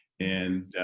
and